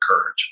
courage